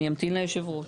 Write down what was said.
אני אמתין ליושב הראש.